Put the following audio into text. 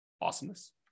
Awesomeness